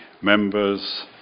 members